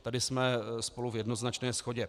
Tady jsme spolu v jednoznačné shodě.